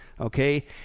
okay